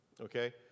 okay